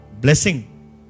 Blessing